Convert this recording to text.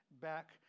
back